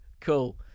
Cool